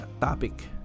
topic